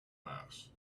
mass